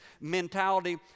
mentality